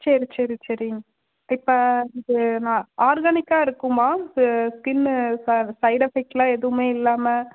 சரி சரி சரி மேம் இப்போ இது நான் ஆர்கானிக்காக இருக்குமா ஸ்கின்னு சைட் எஃபெக்டெலாம் எதுவுமே இல்லாமல்